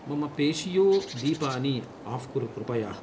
मम पेशियोदीपानि आफ़् कुरु कृपया